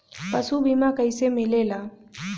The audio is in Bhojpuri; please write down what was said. पशु बीमा कैसे मिलेला?